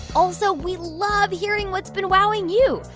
also, we love hearing what's been wowing you.